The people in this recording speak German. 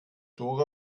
dora